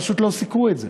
פשוט לא סיקרו את זה,